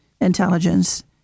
intelligence